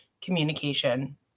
communication